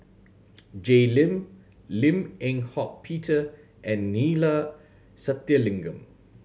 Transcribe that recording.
Jay Lim Lim Eng Hock Peter and Neila Sathyalingam